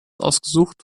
ausgesucht